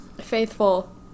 faithful